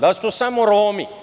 Da li su to samo Romi?